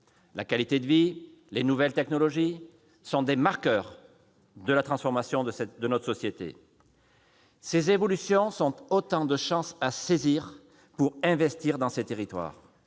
La qualité de vie, les nouvelles technologies sont des marqueurs de cette transformation. Mais ces évolutions sont autant de chances à saisir pour investir dans les territoires.